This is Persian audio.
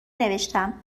نوشتم